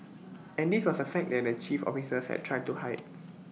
and this was A fact that the chief officers had tried to hide